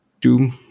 Doom